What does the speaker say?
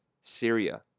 Syria